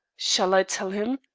shall i tell him?